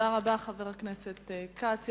תודה רבה, חבר הכנסת כץ.